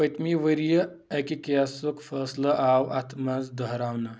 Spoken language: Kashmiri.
پٔتمہِ ؤرۍ یہِ اَکہِ کیسُک فٲصلہٕ آو اَتھ منٛز دۄہراونہٕ